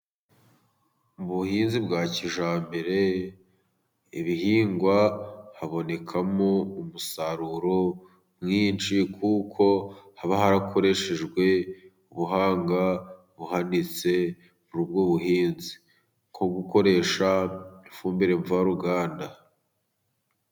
Mu buhinzi bwa kijyambere, ibihingwa habonekamo umusaruro mwinshi, kuko haba harakoreshejwe ubuhanga buhanitse muri ubwo buhinzi. Nk gukoresha ifumbire mvaruganda.